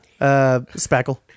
Spackle